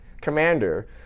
Commander